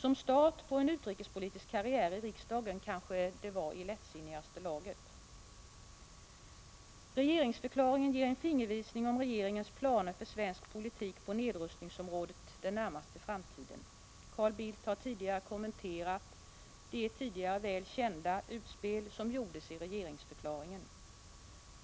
Som start på en utrikespolitisk karriär i riksdagen kanske det var i lättsinnigaste laget. Regeringsförklaringen ger en fingervisning om regeringens planer för svensk politik på nedrustningsområdet den närmaste framtiden. Carl Bildt har redan kommenterat det tidigare väl kända utspel som gjordes i regeringsförklaringen.